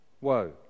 Woe